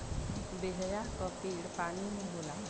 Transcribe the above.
बेहया क पेड़ पानी में होला